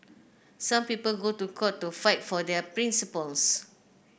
some people go to court to fight for their principles